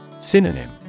Synonym